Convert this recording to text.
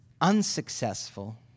unsuccessful